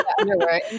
underwear